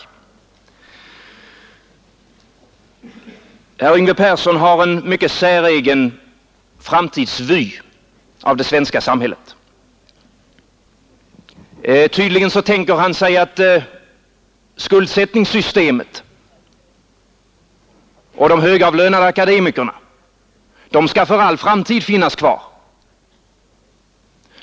Herr Persson har en mycket säregen framtidsvy av det svenska samhället. Tydligen tänker han sig att skuldsättningssystemet och de högavlönade akademikerna skall finnas kvar för all framtid.